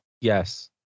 Yes